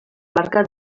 barcas